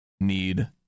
need